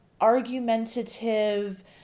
argumentative